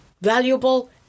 valuable